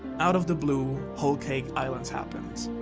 out of the blue whole cake island happened.